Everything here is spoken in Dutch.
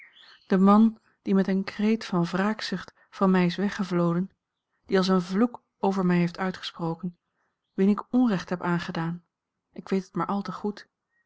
de man die met een kreet van wraakzucht van mij is weggevloden die als een vloek over mij heeft uitgesproken wien ik onrecht heb aangedaan ik weet het maar al te goed